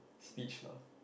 speech lah